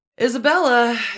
Isabella